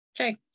Okay